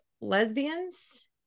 lesbians